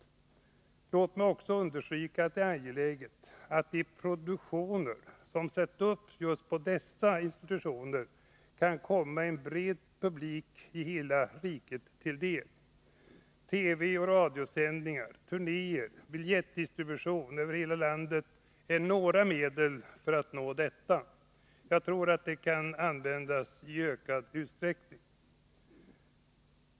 Låt mig också understryka att det är angeläget att de produktioner som sätts upp på de centrala institutionerna kan komma en bred publik i hela riket till del. TV och radiosändningar, turnéer och biljettdistribution över hela landet är några medel för att uppnå detta. Jag tror att de kan användas i ökad utsträckning.